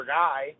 guy